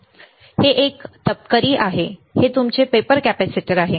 हे एक हे तपकिरी होय हे हे तुमचे पेपर कॅपेसिटर आहे